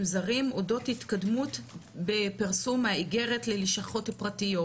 זרים אודות התקדמות בפרסום האיגרת ללשכות פרטיות.